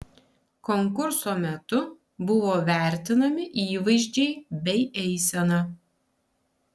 konkurso metu buvo vertinami įvaizdžiai bei eisena